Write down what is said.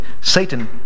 satan